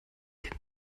can